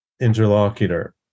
interlocutor